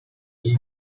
team